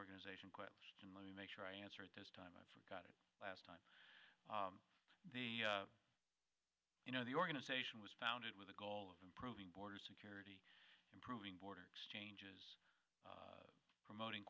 organization question let me make sure i answer it this time i got it last time the you know the organization was founded with the goal of improving border security improving border exchanges promoting